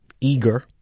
eager